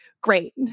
great